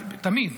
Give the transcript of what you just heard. תמיד,